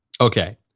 Okay